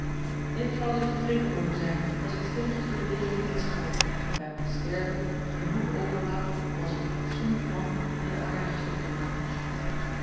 ik zal dus tevreden mogen zijn als ik stilletjes acob van ennep laasje evenster delen door de wereld heenscharrel en bij mijn sterven genoeg overlaat om als een fatsoenlijk man onder de aarde gestopt te worden